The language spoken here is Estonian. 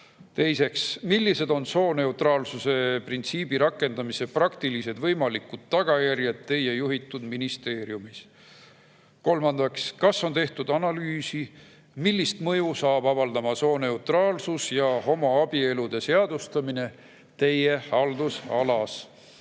Teiseks, millised on sooneutraalsuse printsiibi rakendamise praktilised võimalikud tagajärjed teie juhitud ministeeriumis? Kolmandaks, kas on tehtud analüüsi, millist mõju hakkab avaldama sooneutraalsus ja homoabielude seadustamine teie haldusalas?